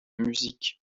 musiques